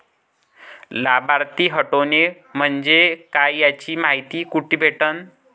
लाभार्थी हटोने म्हंजे काय याची मायती कुठी भेटन?